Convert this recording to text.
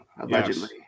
allegedly